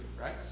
right